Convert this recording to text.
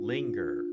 Linger